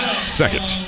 second